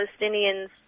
Palestinians